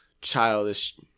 childish